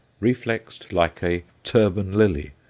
reflexed like a turban lily,